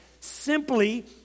simply